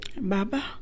Baba